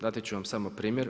Dati ću vam samo primjer.